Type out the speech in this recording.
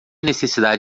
necessidade